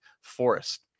Forest